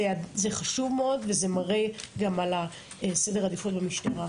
זה חשוב מאוד וזה מראה גם על סדר העדיפות במשטרה.